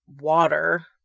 water